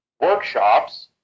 workshops